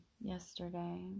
yesterday